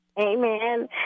Amen